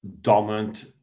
dominant